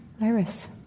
Iris